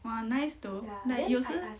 !wah! nice to like 有时